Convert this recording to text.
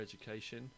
education